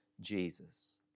Jesus